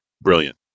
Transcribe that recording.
brilliant